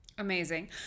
Amazing